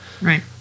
Right